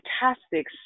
fantastic